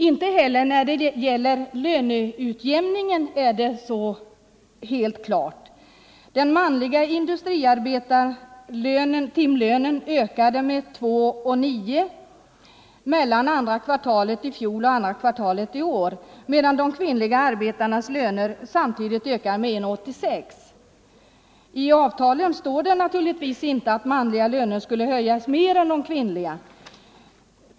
Inte heller när det gäller löneutjämningen är det helt klart. Timlönen för manliga industriarbetare ökade med 2:09 kronor mellan andra kvartalet i fjol och andra kvartalet i år, medan de kvinnliga arbetarnas timlön samtidigt ökade med 1:86 kronor. I avtalen står det naturligtvis inte att de manligas löner skulle höjas mer än de kvinnligas.